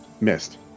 Missed